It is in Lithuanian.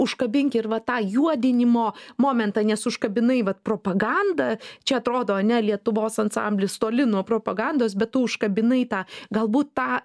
užkabink ir va tą juodinimo momentą nes užkabinai vat propagandą čia atrodo ar ne lietuvos ansamblis toli nuo propagandos bet tu užkabinai tą galbūt tą